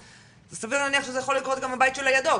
אז סביר להניח שזה יכול לקרות גם בבית שלידו,